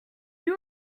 you